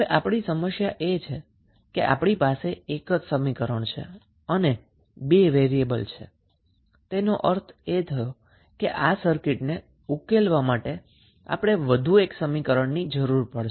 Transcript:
હવે આપણી સમસ્યા એ છે કે આપણી પાસે એક જ સમીકરણ છે અને આપણી પાસે 2 વેરીએબલ છે તેનો અર્થ એ થયો કે આ સર્કિટને ઉકેલવા માટે આપણે વધુ એક સમીકરણની જરૂર પડશે